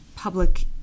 public